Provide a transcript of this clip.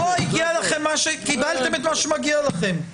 פה קיבלתם את מה שמגיע לכם.